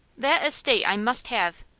that estate i must have.